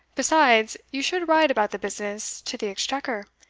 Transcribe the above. besides, you should write about the business to the exchequer,